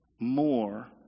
more